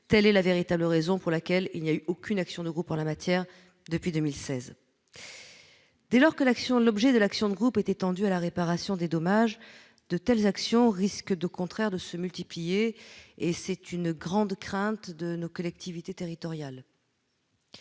Telle est la véritable raison pour laquelle il n'y a eu aucune action de groupe en la matière depuis 2016. Dès lors que l'objet de l'action de groupe est étendu à la réparation des dommages, de telles actions risquent au contraire de se multiplier. C'est une grande crainte de nos collectivités territoriales.